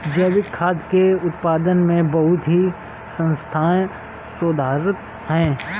जैविक खाद्य के उत्पादन में बहुत ही संस्थाएं शोधरत हैं